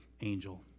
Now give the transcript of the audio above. angel